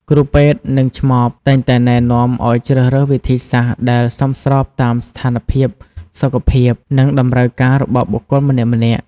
គ្រូពេទ្យ និងឆ្មបតែងតែណែនាំឲ្យជ្រើសរើសវិធីសាស្ត្រដែលសមស្របតាមស្ថានភាពសុខភាព និងតម្រូវការរបស់បុគ្គលម្នាក់ៗ។